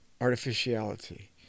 Artificiality